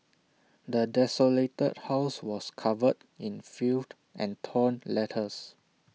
the desolated house was covered in filth and torn letters